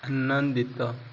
ଆନନ୍ଦିତ